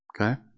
Okay